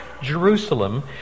Jerusalem